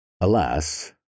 Alas